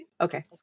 Okay